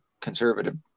conservative